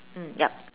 mm yup